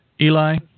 Eli